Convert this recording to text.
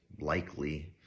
likely